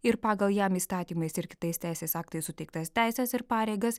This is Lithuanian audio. ir pagal jam įstatymais ir kitais teisės aktais suteiktas teises ir pareigas